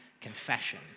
confession